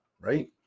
right